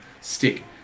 stick